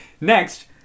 Next